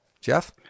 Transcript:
Jeff